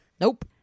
Nope